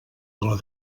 del